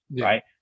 right